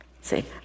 See